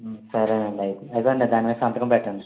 సరే అండి అయితే అదుగోండి దాని మీద సంతకం పెట్టండి